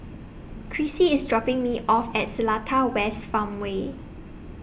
Crissie IS dropping Me off At Seletar West Farmway